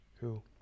Cool